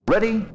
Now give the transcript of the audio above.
Ready